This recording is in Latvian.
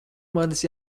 manas